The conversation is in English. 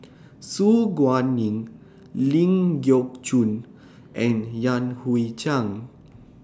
Su Guaning Ling Geok Choon and Yan Hui Chang